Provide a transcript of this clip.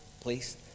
please